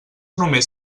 només